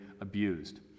abused